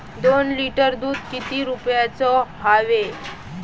दोन लिटर दुध किती रुप्याचं हाये?